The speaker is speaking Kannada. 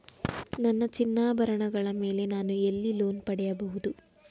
ನನ್ನ ಚಿನ್ನಾಭರಣಗಳ ಮೇಲೆ ನಾನು ಎಲ್ಲಿ ಲೋನ್ ಪಡೆಯಬಹುದು?